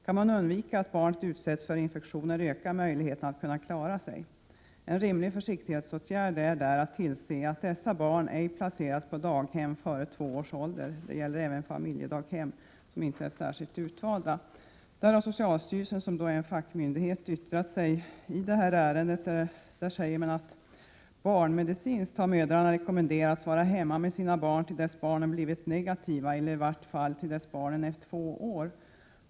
Kan man undvika att barnet utsätts för infektioner ökar möjligheten för att dessa barn skall klara sig från att bli HIV-positiva. En rimlig försiktighetsåtgärd är att tillse att dessa barn ej placeras på daghem före två års ålder. Detta gäller även familjedaghem som inte är särskilt utvalda. Socialstyrelsen, som är en fackmyndighet, har yttrat sig i detta ärende. Socialstyrelsen säger: ”Barnmedicinskt har mödrarna rekommenderats vara hemma med sina barn till dess barnen blivit negativa eller i annat fall till dess barnen är 2 år.